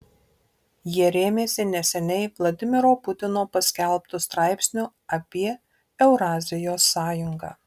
jie rėmėsi neseniai vladimiro putino paskelbtu straipsniu apie eurazijos sąjungą